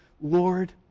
Lord